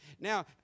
Now